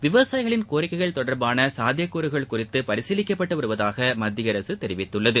விவசாயிகளின் கோரிக்கைகள் தொடர்பான சாத்திய கூறுகள் குறித்து பரிசீலிக்கப்பட்டு வருவதாக மத்திய அரசு தெரிவித்துள்ளது